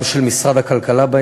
גם של משרד הכלכלה.